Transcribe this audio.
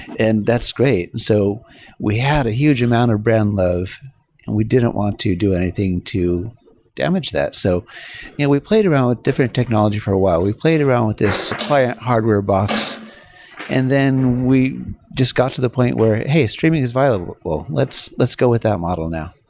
and that's great. so we had a huge amount of brand love and we didn't want to do anything to damage that. so yeah we played around with different technology for a while. we played around with this client hardware bots and then we just got to the point where, hey! streaming is viable. well, let's let's go with that model now.